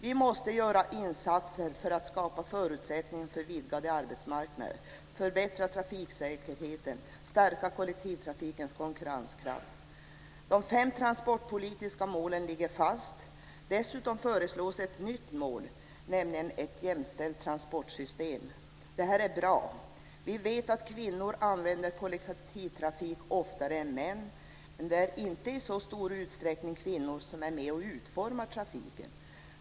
Vi måste göra insatser för att skapa förutsättningar för vidgade arbetsmarknader, för att förbättra trafiksäkerheten och för att stärka kollektivtrafikens konkurrenskraft. De fem transportpolitiska målen ligger fast. Dessutom föreslås ett nytt mål, nämligen målet om ett jämställt transportsystem. Det är bra. Vi vet att kvinnor använder kollektivtrafik oftare än män, men det är inte i så stor utsträckning kvinnor som är med och utformar trafiken.